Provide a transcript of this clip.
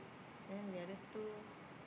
then the other two